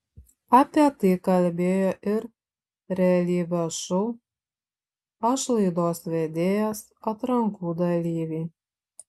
apie tai kalbėjo ir realybės šou aš laidos vedėjas atrankų dalyviai